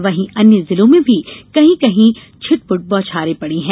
वहीं अन्य जिलों में भी कहीं कहीं छिटपुट बौछारें पड़ीं हैं